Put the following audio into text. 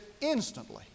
instantly